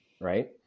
Right